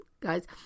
Guys